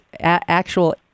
actual